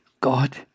God